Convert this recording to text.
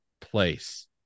place